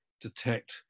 detect